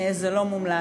זה לא מומלץ,